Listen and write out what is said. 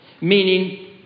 meaning